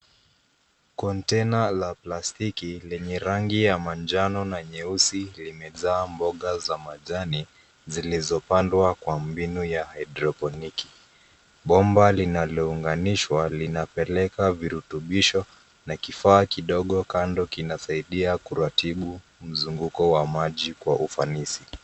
Container la plastiki lenye rangi ya manjano na nyeusi limejaa mboga za majani zilizopandwa kwa mbinu ya hidroponiki. Bomba linalounganishwa linapeleka virutubisho na kifaa kidogo kando kinasaidia kuratibu mzunguko wa maji kwa ufanisi.